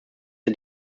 der